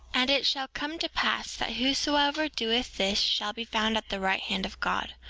and it shall come to pass that whosoever doeth this shall be found at the right hand of god,